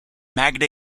magna